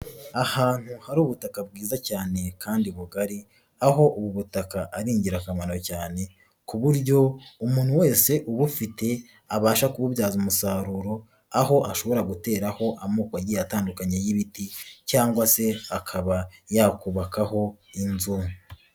Ahantu hari ubutaka bwiza cyane kandi bugari, aho ubu butaka ari ingirakamaro cyane ku buryo umuntu wese ubufite abasha kububyaza umusaruro, aho ashobora guteraho amoko agiye atandukanye y'ibiti cyangwa se akaba yakubakaho inzu.